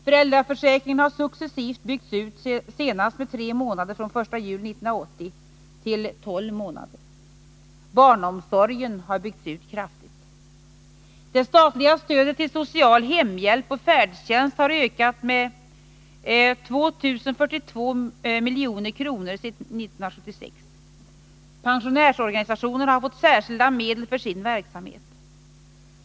Föräldraförsäkringen har successivt byggts ut, senast med tre månader från 1 juli 1980 till tolv månader. Barnomsorgen har byggts ut kraftigt. Det statliga stödet till social hemhjälp och färdtjänst har ökat med 2 042 milj.kr. sedan 1976. Pensionärsorganisationerna har fått särskilda medel för sin verksamhet.